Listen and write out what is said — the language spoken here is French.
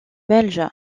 belge